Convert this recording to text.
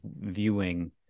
viewing